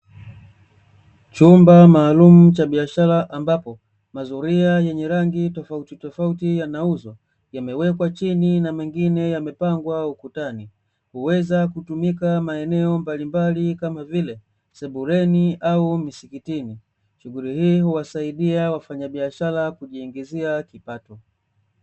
Chumba maalumu cha biashara ambapo mazulia yenye rangi tofautitofauti yanauzwa, yamewekwa chini na mengine yamepangwa ukutani. Huweza kutumika maeneo mbalimbali kama vile, sebuleni au misikitini. Shughuli hii huwasaidia wafanyabiashara kujiingizia kipato.